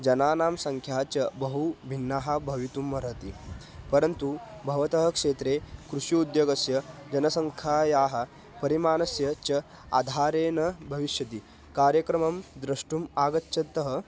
जनानां सङ्ख्या च बहु भिन्ना भवितुम् अर्हति परन्तु भवतः क्षेत्रे कृषि उद्योगस्य जनसङ्ख्यायाः परिमाणस्य च आधारेण भविष्यति कार्यक्रमं द्रष्टुम् आगच्छतां